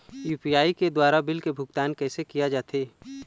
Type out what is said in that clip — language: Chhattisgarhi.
यू.पी.आई के द्वारा बिल के भुगतान कैसे किया जाथे?